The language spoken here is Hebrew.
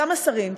גם השרים,